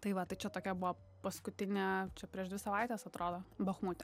tai va tai čia tokia buvo paskutinė čia prieš dvi savaites atrodo bachmute